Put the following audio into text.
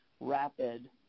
rapid